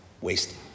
wasted